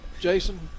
Jason